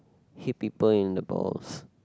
hit people in the balls